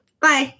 Bye